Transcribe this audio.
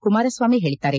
ಕುಮಾರಸ್ವಾಮಿ ಹೇಳಿದ್ದಾರೆ